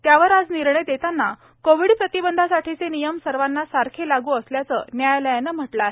त्यावर आज निर्णय देताना कोविड प्रतिबंधासाठीचे नियम सर्वांना सारखे लागू असल्याचं न्यायालयानं म्हटलं आहे